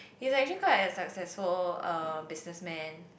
he's like actually quite a successful businessman